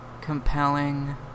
compelling